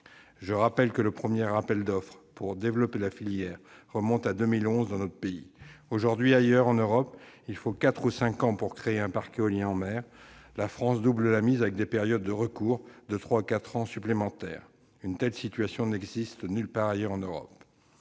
Je rappelle que le premier appel d'offres pour développer la filière remonte à 2011. Aujourd'hui, ailleurs en Europe, il faut quatre ou cinq ans pour créer un parc éolien en mer. La France double la mise avec des périodes de recours de trois ou de quatre ans supplémentaires. Une telle situation n'existe nulle part ailleurs en Europe.